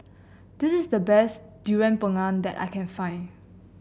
this is the best Durian Pengat that I can find